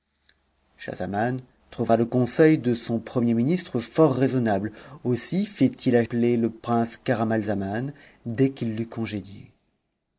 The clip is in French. schahzaman trouva le conseil de son premier ministre fort raisonnable ussi fit-il appeler le prince camaralzaman dès qu'il l'eut congédié